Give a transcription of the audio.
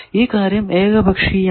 ഈ കാര്യം ഏകപക്ഷീയമാണ്